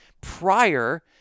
prior